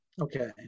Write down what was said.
okay